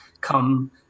come